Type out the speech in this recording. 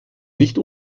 nicht